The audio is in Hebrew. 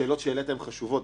אם זו הצעה שקשורה למשרד הרווחה,